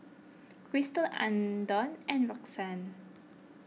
Christel andon and Roxann